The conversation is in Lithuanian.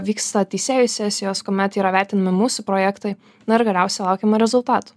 vyksta teisėjų sesijos kuomet yra vertinami mūsų projektai na ir galiausia laukiama rezultatų